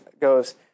goes